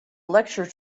lecture